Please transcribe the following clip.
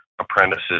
apprentices